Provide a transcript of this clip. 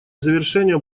завершения